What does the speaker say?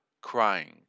crying